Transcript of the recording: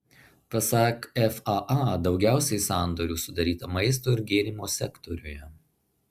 pasak faa daugiausiai sandorių sudaryta maisto ir gėrimų sektoriuje